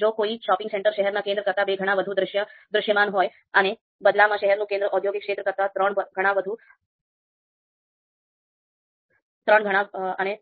જો કોઈ shopping centre શહેરના કેન્દ્ર કરતા બે ગણા વધુ દૃશ્યમાન હોય અને બદલામાં શહેરનું કેન્દ્ર ઔદ્યોગિક ક્ષેત્ર કરતાં ત્રણ ગણી